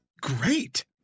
great